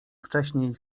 wcześniej